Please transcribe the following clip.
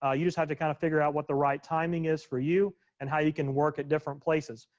ah you just have to kind of figure out what the right timing is for you and how you can work at different places.